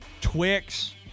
Twix